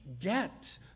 get